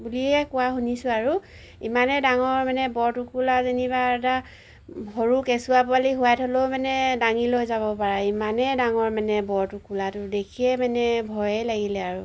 বুলিয়ে কোৱা শুনিছোঁ আৰু ইমানে ডাঙৰ মানে বৰটোকোলা যেনিবা এটা সৰু কেঁচুৱা পোৱালি শুৱাই থ'লেও মানে দাঙি লৈ যাব পাৰে ইমানে ডাঙৰ মানে বৰটোকোলাটো দেখিয়ে মানে ভয়ে লাগিলে আৰু